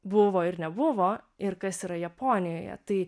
buvo ir nebuvo ir kas yra japonijoje tai